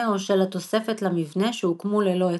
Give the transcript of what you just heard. או של התוספת למבנה שהוקמו ללא היתר.